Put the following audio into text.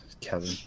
Kevin